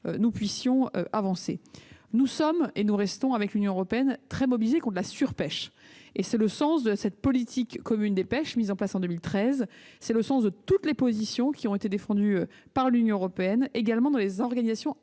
nous puissions avancer. Nous sommes et nous restons, avec l'Union européenne, très mobilisés contre la surpêche. Tel est le sens de la politique commune de la pêche mise en place en 2013 ; tel est le sens, également, de toutes les positions qui ont été défendues par l'Union européenne au sein des organisations internationales